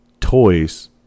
toys